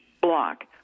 block